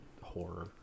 Horror